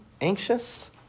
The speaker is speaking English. anxious